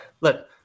Look